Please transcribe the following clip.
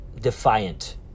defiant